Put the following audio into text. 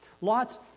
Lot's